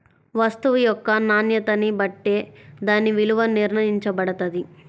వస్తువు యొక్క నాణ్యతని బట్టే దాని విలువ నిర్ణయించబడతది